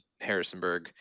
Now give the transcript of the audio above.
Harrisonburg